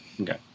Okay